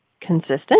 consistent